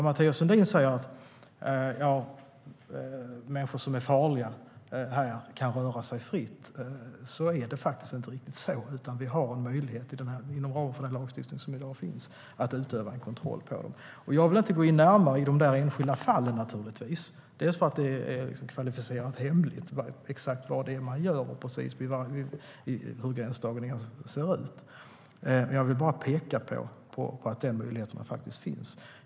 Mathias Sundin säger att människor som är farliga kan röra sig fritt här. Det är inte riktigt så, utan vi har möjlighet inom ramen för den lagstiftning som i dag finns att utöva en kontroll över dem. Jag vill naturligtvis inte gå in närmare på de enskilda fallen, delvis för att det är kvalificerat hemligt exakt vad det är man gör och hur gränsdragningen ser ut. Jag vill bara peka på att möjligheterna finns.